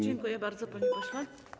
Dziękuję bardzo, panie pośle.